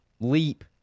Leap